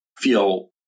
Feel